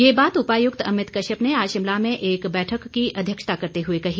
यह बात उपायुक्त अमित कश्यप ने आज शिमला में एक बैठक की अध्यक्षता करते हुए कही